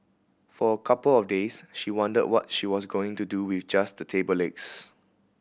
for a couple of days she wondered what she was going to do with just the table legs